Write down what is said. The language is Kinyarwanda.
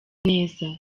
neza